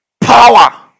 Power